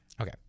Okay